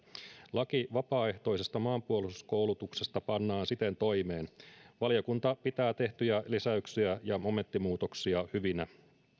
laki vapaaehtoisesta maanpuolustuskoulutuksesta pannaan siten toimeen valiokunta pitää tehtyjä lisäyksiä ja momenttimuutoksia hyvinä